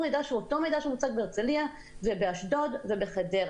ידע שזה אותו מידע שמוצג בהרצליה ובאשדוד ובחדרה.